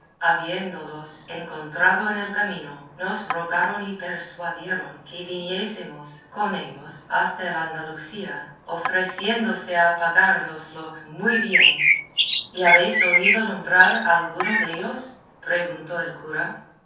porque habiéndolos encontrado en el camino nos rogaron y persuadieron que viniésemos con ellos hasta el andalucía ofreciéndose a pagárnoslo muy bien y habéis oído nombrar a alguno dellos preguntó el cura